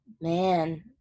man